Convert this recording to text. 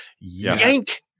Yank